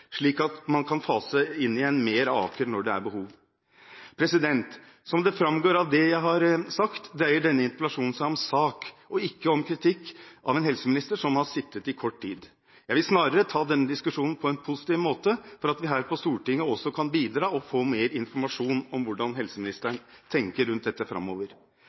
slik at man kan fase inn igjen mer av Aker sykehus når det er behov. Som det framgår av det jeg har sagt, dreier denne interpellasjonen seg om sak og ikke om kritikk av en helseminister som har sittet i kort tid. Jeg vil snarere ta denne diskusjonen på en positiv måte, slik at vi på Stortinget også kan bidra og få mer informasjon om hva helseministeren tenker om dette framover.